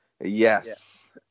yes